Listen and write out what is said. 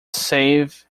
save